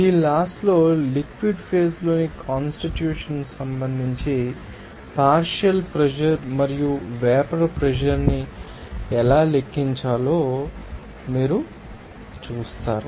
ఈ లాస్లో లిక్విడ్ ఫేజ్ ్లోని constitution సంబంధించి పార్షియల్ ప్రెషర్ మరియు వేపర్ ప్రెషర్ ాన్ని ఎలా లెక్కించాలో మీరు చూస్తారు